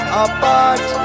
apart